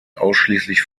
ausschließlich